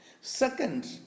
Second